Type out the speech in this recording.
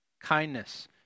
kindness